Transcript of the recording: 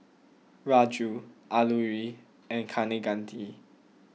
Raja Alluri and Kaneganti